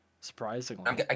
surprisingly